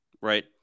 right